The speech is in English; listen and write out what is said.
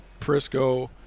Prisco